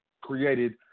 created